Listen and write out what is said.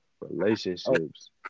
relationships